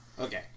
Okay